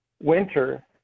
winter